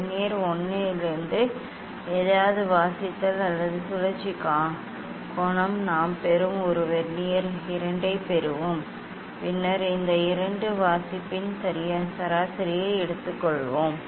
vernier 1 இலிருந்து எதையாவது வாசித்தல் அல்லது சுழற்சி கோணம் நாம் பெறும் ஒரு வெர்னியர் 2 ஐப் பெறுவோம் பின்னர் இந்த இரண்டு வாசிப்பின் சராசரியையும் எடுத்துக்கொள்வோம்